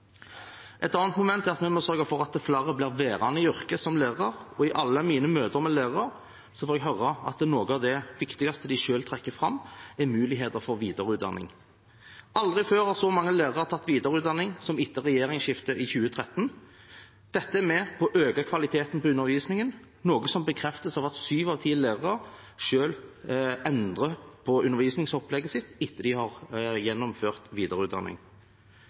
Et annet moment er at vi må sørge for at flere blir værende i yrket som lærer. I alle mine møter med lærere er noe av det viktigste de selv trekker fram, muligheter for videreutdanning. Aldri før har så mange lærere tatt videreutdanning som etter regjeringsskiftet i 2013. Dette er med på å øke kvaliteten på undervisningen, noe som bekreftes av at syv av ti lærere endrer på undervisningsopplegget sitt etter at de har gjennomført videreutdanning.